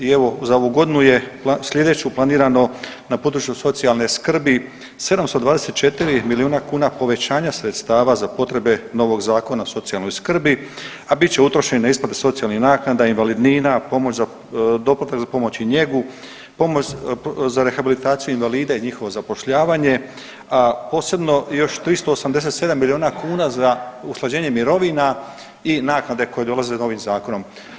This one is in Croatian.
I evo za ovu godinu je, sljedeću planirano, na području socijalne skrbi 724 milijuna kuna povećanja sredstava za potrebe novog zakona o socijalnoj skrbi a bit će utrošeno na isplatu socijalnih naknada, invalidnina, pomoć za, doplatak za pomoć i njegu, za rehabilitaciju invalida i njihovo zapošljavanje posebno još 387 milijuna kuna za usklađenje mirovina i naknade koje dolaze novim zakonom.